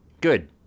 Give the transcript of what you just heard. good